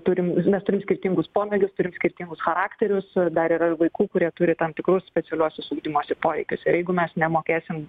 turim mes turim skirtingus pomėgius turim skirtingus charakterius dar yra ir vaikų kurie turi tam tikrus specialiuosius ugdymosi poreikius ir jeigu mes nemokėsim